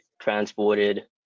transported